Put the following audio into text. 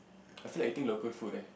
I feel like eating local food leh